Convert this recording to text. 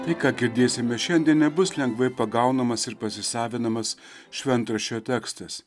tai ką girdėsime šiandien nebus lengvai pagaunamas ir pasisavinamas šventraščio tekstas